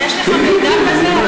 אבל יש לך ידע כזה?